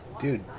Dude